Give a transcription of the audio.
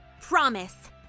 Promise